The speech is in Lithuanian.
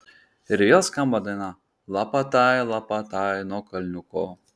ir vėl skamba daina lapatai lapatai nuo kalniuko